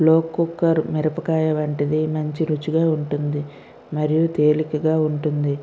లో కుక్కర్ మిరపకాయ వంటిది మంచి రుచిగా ఉంటుంది మరియు తేలికగా ఉంటుంది